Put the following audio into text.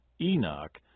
Enoch